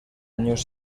años